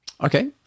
Okay